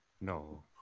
No